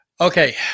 okay